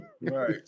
Right